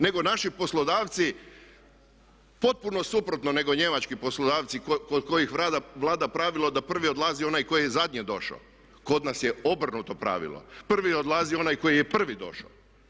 Nego naši poslodavci potpuno suprotno nego njemački poslodavci kod kojih vlada pravilo da prvi odlazi onaj koji je zadnji došao, kod nas je obrnuto pravilo prvi odlazi onaj koji je prvi došao.